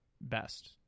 best